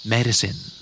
Medicine